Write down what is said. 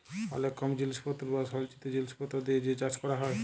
অলেক কম জিলিসপত্তর বা সলচিত জিলিসপত্তর দিয়ে যে চাষ ক্যরা হ্যয়